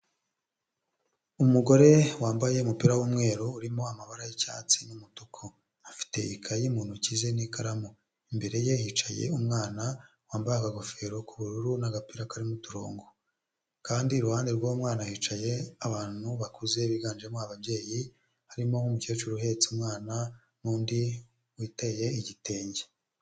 Umugore wambaye umupira w'umweru urimo amabara y'icyatsi n'umutuku afite ikayeyi mu ntoki ze n'ikaramu imbere ye hicaye umwana wambaye akagofero k'ubururu n'agapira karimo uturongo kandi iruhande rw'wo mwana hicaye abantu bakuze biganjemo ababyeyi harimo n'umukecuru uhetse umwana n'undi witeye igitenge.